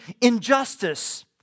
injustice